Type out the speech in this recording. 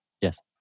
yes